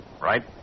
right